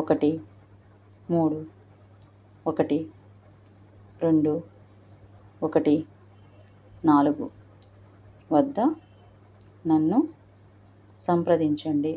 ఒకటి మూడు ఒకటి రెండు ఒకటి నాలుగు వద్ద నన్ను సంప్రదించండి